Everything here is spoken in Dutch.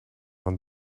van